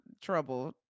trouble